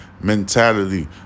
mentality